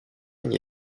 ligne